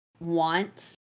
want